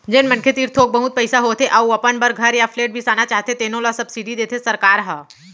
जेन मनखे तीर थोक बहुत पइसा होथे अउ अपन बर घर य फ्लेट बिसाना चाहथे तेनो ल सब्सिडी देथे सरकार ह